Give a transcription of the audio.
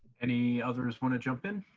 any others wanna jump in?